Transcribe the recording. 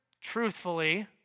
truthfully